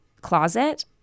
closet